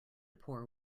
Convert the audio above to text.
poor